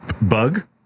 Bug